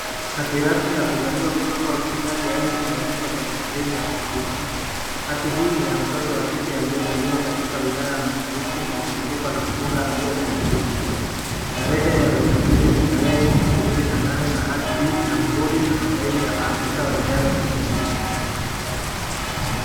Hati rasmi ya kuzaliwa kutoka hosipitali ya Embu inaonyeshwa kwenye (cs)screen ya kompyuta(cs). Hati hii ni ya mtoto wa kike aliyezaliwa katika wilaya ya mashariki na imeandikwa na mkunga aliyesajiliwa. Tarehe ya usajili ni tarehe ishirini na nane na hati hii ina muhuri na masaini ya maafisa wa idara ya usajili.